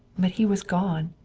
but he was gone.